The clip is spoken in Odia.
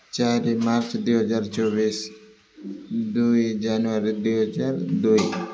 ଚାରି ମାର୍ଚ୍ଚ୍ ଦୁଇ ହଜାର ଚବିଶ ଦୁଇ ଜାନୁଆରୀ ଦୁଇ ହଜାର ଦୁଇ